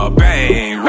bang